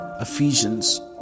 Ephesians